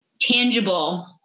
tangible